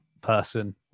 person